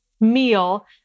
meal